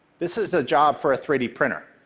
this is a job for a three d printer,